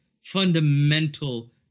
Fundamental